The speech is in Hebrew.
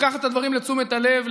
לקחת את הדברים לתשומת הלב,